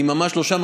אני ממש לא שם,